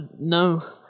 No